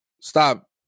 stop